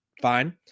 fine